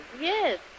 Yes